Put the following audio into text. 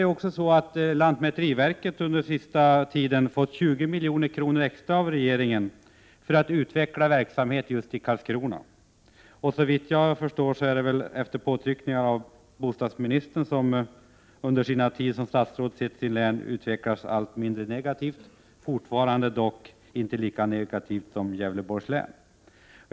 I stället har lantmäteriverket fått 20 milj.kr. extra av regeringen för att utveckla verksamhet i just Karlskrona. Såvitt jag förstår har väl detta skett efter påtryckningar från bostadsministern, som under sin tid som statsråd har sett sitt län utvecklas allt mindre negativt — dock inte från en sådan negativ situation som den som råder i Gävleborgs län.